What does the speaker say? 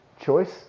choice